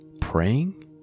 praying